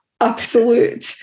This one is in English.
absolute